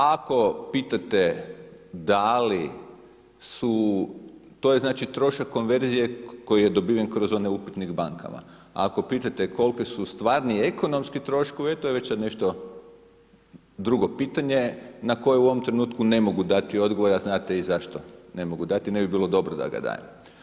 Ako pitate da li su, to je znači trošak konverzije koji je dobiven kroz onaj upitnik o bankama, ako pitate koliki su stvarni ekonomski troškovi, e to je sad već nešto drugo pitanje na koje u ovom trenutku ne mogu dati odgovor, a znate i zašto ne mogu dati, ne bi bilo dobro da ga dajem.